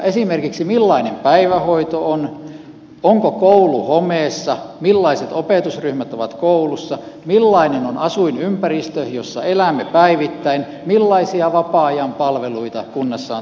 esimerkiksi se millainen päivähoito on onko koulu homeessa millaiset opetusryhmät ovat koulussa millainen on asuinympäristö jossa elämme päivittäin millaisia vapaa ajan palveluita kunnassa on tarjota